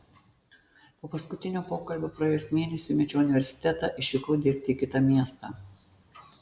po paskutinio pokalbio praėjus mėnesiui mečiau universitetą išvykau dirbti į kitą miestą